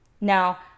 Now